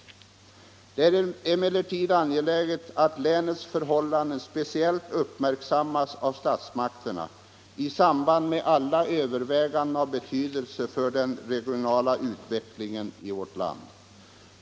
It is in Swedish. Det är emellertid angeläget att länets förhållanden speciellt uppmärksammas av statsmakterna i samband med alla överväganden av betydelse för den regionala utvecklingen i vårt land.